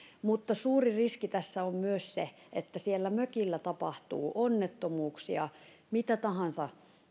niin suuri riski tässä on myös se että siellä mökillä tapahtuu onnettomuuksia mitä tahansa